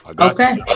Okay